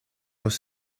los